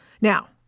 Now